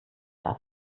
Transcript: das